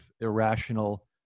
irrational